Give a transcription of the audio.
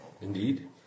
Indeed